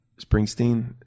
Springsteen